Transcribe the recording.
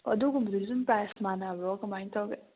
ꯑꯣ ꯑꯗꯨꯒꯨꯝꯕꯗꯨꯁꯨ ꯑꯗꯨꯝ ꯄ꯭ꯔꯥꯏꯁ ꯃꯥꯟꯅꯕ꯭ꯔꯣ ꯀꯃꯥꯏꯅ ꯇꯧꯒꯦ